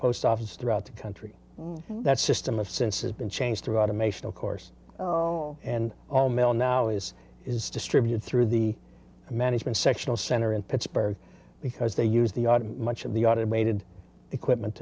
post offices throughout the country that system of since has been changed through automation of course and all mail now is is distributed through the management sectional center in pittsburgh because they use the much of the automated equipment